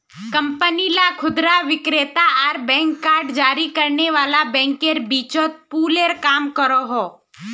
company ला खुदरा विक्रेता आर बैंक कार्ड जारी करने वाला बैंकेर बीचोत पूलेर काम करोहो